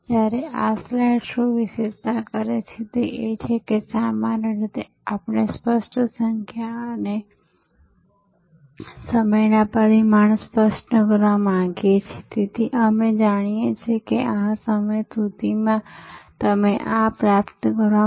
તેથી તે મુલુંડ અથવા ભાંડુપથી લેવામાં આવી શકે છે અને નરીમાન પોઈન્ટ અથવા વરલી પર પહોંચાડવામાં આવી શકે છે અને તે તમારા ટેબલ પર અથવા તમારા બપોરના જમવાના રૂમમાં અને ખામી વગર પહોંચાડવામાં આવે છે